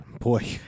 Boy